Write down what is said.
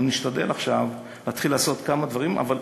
אנחנו נשתדל עכשיו להתחיל לעשות כמה דברים, אבל